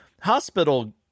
hospital